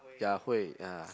Ya Hui ya